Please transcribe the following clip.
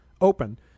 open